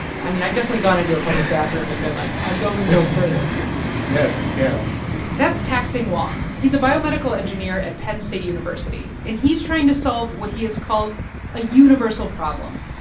i mean, i've definitely gone into a public bathroom and been like, i'm going no further yes. yeah that's tak-sing wong. he's a biomedical engineer at penn state university, and he's trying to solve what he has called a universal problem,